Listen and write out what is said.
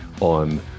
on